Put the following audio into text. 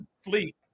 Fleet